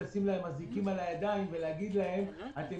לשים להם אזיקים בידיים ולהגיד להם: אתם